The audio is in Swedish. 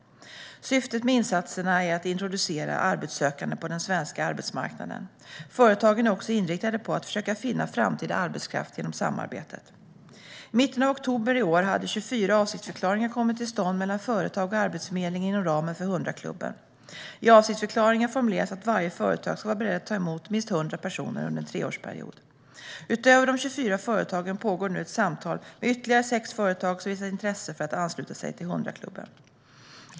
Syftet med insatserna är att introducera arbetssökande på den svenska arbetsmarknaden. Företagen är också inriktade på att försöka finna framtida arbetskraft genom samarbetet. I mitten av oktober i år hade 24 avsiktsförklaringar kommit till stånd mellan företag och Arbetsförmedlingen inom ramen för 100-klubben. I avsiktsförklaringen formuleras att varje företag ska vara berett att ta emot minst 100 personer under en treårsperiod. Utöver de 24 företagen pågår det nu samtal med ytterligare sex företag som visat intresse för att ansluta sig till 100-klubben.